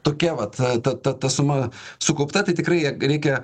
tokia vat ta ta ta suma sukaupta tai tikrai ją reikia